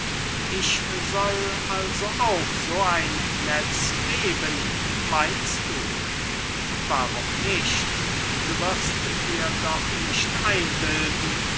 ich soll also auch so ein netz weben meinst du warum nicht du wirst dir doch nicht einbilden